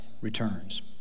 returns